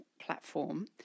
platform